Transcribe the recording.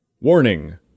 Warning